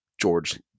George